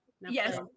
Yes